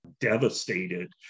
devastated